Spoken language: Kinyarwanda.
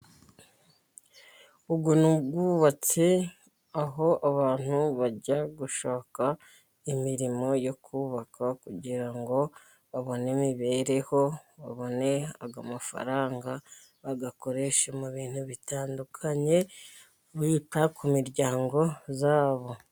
Ubu ni ubwubatsi aho abantu bajya gushaka imirimo yo kubaka kugira ngo babone imibereho, babone amafaranga bayakoresha mu bintu bitandukanye bita ku miryango yabo.